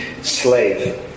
slave